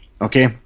okay